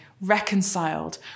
reconciled